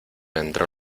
entró